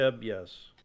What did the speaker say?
Yes